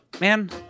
Man